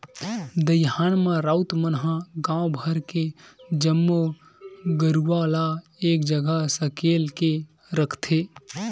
दईहान म राउत मन ह गांव भर के जम्मो गरूवा ल एक जगह सकेल के रखथे